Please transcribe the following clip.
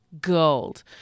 gold